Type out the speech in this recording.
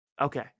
Okay